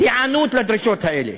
היענות לדרישות האלה.